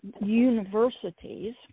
universities